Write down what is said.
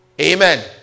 Amen